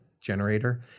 generator